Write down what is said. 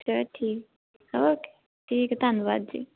ਚਲੋ ਠੀਕ ਓਕੇ ਠੀਕ ਧੰਨਵਾਦ ਜੀ